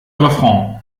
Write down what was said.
refrain